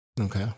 Okay